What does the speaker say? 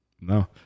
No